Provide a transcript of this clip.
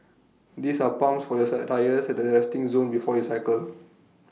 these are pumps for your tyres at the resting zone before you cycle